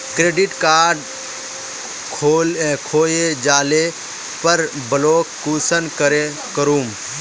Credit card खोये जाले पर ब्लॉक कुंसम करे करूम?